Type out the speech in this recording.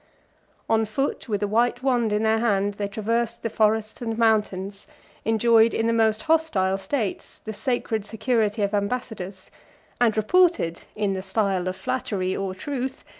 on foot, with a white wand in their hand, they traversed the forests and mountains enjoyed, in the most hostile states, the sacred security of ambassadors and reported, in the style of flattery or truth,